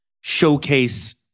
showcase